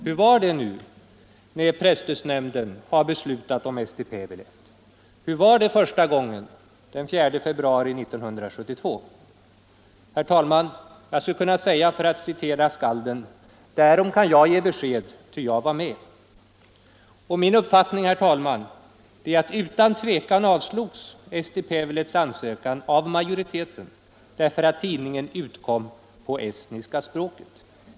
Hur har det gått till när presstödsnämnden beslutat om Eesti Päevaleht och hur gick det till första gången, den 2 februari 1972? Jag skulle med skalden kunna säga: Jo, därom kan jag ge besked, ty jag var med. Min uppfattning är att Eesti Päevalehts ansökan utan tvivel avslogs av majoriteten därför att tidningen utkom på estniska språket.